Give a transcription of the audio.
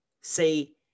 say